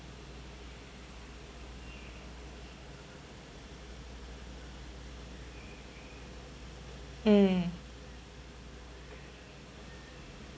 mm